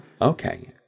Okay